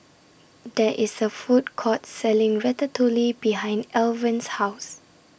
There IS A Food Court Selling Ratatouille behind Alvan's House